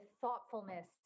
thoughtfulness